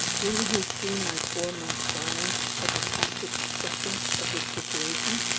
wouldn't he see my four-month silence as a tacit acceptance of this situation?